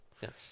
Yes